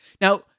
Now